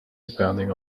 depending